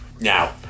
Now